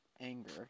anger